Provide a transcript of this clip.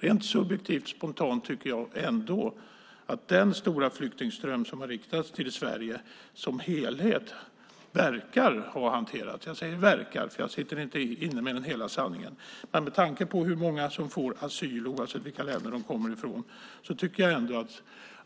Rent subjektivt och spontant tycker jag ändå att den stora flyktingström som har riktats till Sverige som helhet verkar ha hanterats bra. Jag säger "verkar" för jag sitter inte inne med hela sanningen, men med tanke på hur många som får asyl oavsett vilka länder de kommer ifrån tycker jag ändå